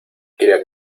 cría